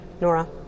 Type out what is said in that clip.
Nora